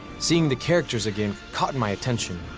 seeing the characters again caught my attention.